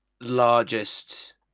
largest